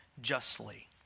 justly